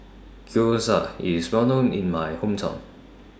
Gyoza IS Well known in My Hometown